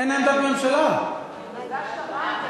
עמדת הממשלה, אין עמדת ממשלה.